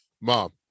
mom